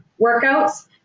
workouts